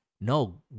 no